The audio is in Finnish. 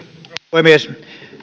puhemies